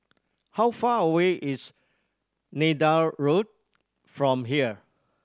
how far away is Neythal Road from here